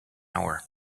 hour